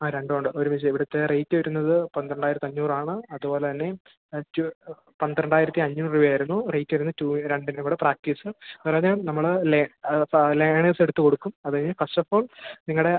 ആ രണ്ടും ഉണ്ട് ഒരുമിച്ച് ഇവിടുത്തെ റേറ്റ് വരുന്നത് പന്ത്രണ്ടായിരത്തി അഞ്ഞൂറാണ് അത്പോലെ തന്നെ ടൂ പന്ത്രണ്ടായിരത്തി അഞ്ഞൂറ് രൂപയായിരുന്നു റേറ്റ് വരുന്നു ടൂ രണ്ടിൻ്റെ കൂടെ പ്രാക്റ്റീസ് അവരെ നമ്മൾ അപ്പോൾ ലേണേഴ്സെടുത്ത് കൊടുക്കും അത് കഴിഞ്ഞ് ഫസ്റ്റ ഓഫ് ആൾ നിങ്ങളുടെ